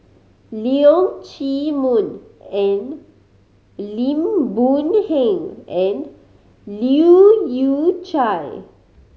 Leong Chee Mun and Lim Boon Heng and Leu Yew Chye